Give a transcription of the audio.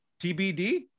TBD